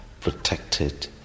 protected